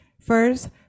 First